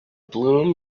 bloom